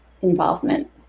involvement